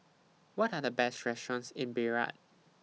What Are The Best restaurants in Beirut